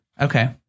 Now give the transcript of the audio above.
Okay